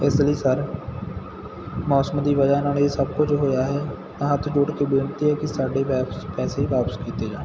ਇਸ ਲਈ ਸਰ ਮੌਸਮ ਦੀ ਵਜ੍ਹਾ ਨਾਲ ਇਹ ਸਭ ਕੁਝ ਹੋਇਆ ਹੈ ਤਾਂ ਹੱਥ ਜੋੜ ਕੇ ਬੇਨਤੀ ਹੈ ਕਿ ਸਾਡੇ ਵਾਪਸ ਪੈਸੇ ਵਾਪਸ ਕੀਤੇ ਜਾਣ